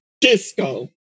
Disco